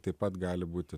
taip pat gali būti